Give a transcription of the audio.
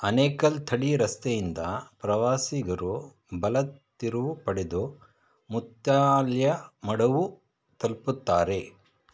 ಆನೇಕಲ್ ಥಳಿ ರಸ್ತೆಯಿಂದ ಪ್ರವಾಸಿಗರು ಬಲ ತಿರುವು ಪಡೆದು ಮುತ್ಯಾಲಮಡುವು ತಲುಪುತ್ತಾರೆ